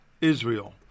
Israel